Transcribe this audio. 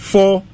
Four